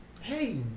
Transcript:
hey